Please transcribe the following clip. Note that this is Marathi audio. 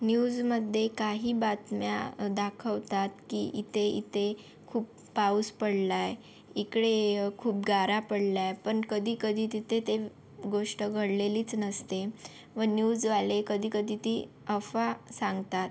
न्यूजमध्ये काही बातम्या दाखवतात की इथे इथे खूप पाऊस पडला आहे इकडे खूप गारा पडल्या पण कधी कधी तिथे ते गोष्ट घडलेलीच नसते व न्यूजवाले कधी कधी ती अफवा सांगतात